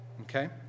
Okay